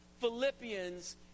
Philippians